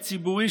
הציבורי,